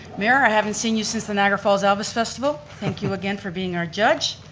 mayor i haven't seen you since the niagara falls elvis festival. thank you again for being our judge.